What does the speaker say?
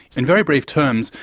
in very brief terms,